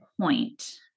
point